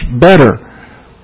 better